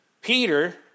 Peter